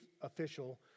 official